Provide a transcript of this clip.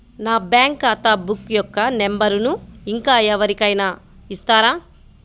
నా బ్యాంక్ ఖాతా బుక్ యొక్క నంబరును ఇంకా ఎవరి కైనా ఇస్తారా?